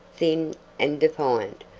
thin and defiant,